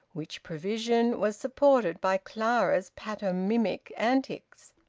which prevision was supported by clara's pantomimic antics,